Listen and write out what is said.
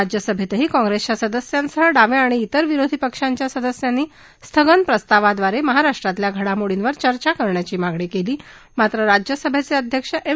राज्यसभेतही काँग्रेसच्या सदस्यांसह डाव्या आणि त्विर विरोधी पक्षांच्या सदस्यांनी स्थगन प्रस्तावाब्रारे महाराष्ट्रातल्या घडामोडींवर चर्चा करण्याची मागणी केली मात्र राज्यसभेचे अध्यक्ष एम